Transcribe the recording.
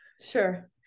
Sure